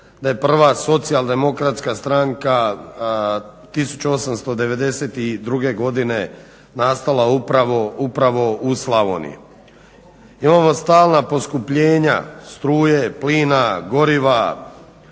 da je prva socijaldemokratska stranka 1892.godine nastala upravo u Slavoniji, imamo stalna poskupljenja struje, plina, goriva,